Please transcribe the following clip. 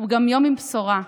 הוא גם יום של בשורה חשובה.